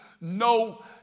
no